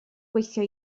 gweithio